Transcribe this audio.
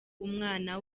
umwana